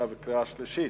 נתקבלה.